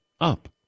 up